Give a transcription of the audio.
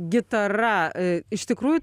gitara iš tikrųjų